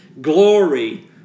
glory